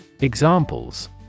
Examples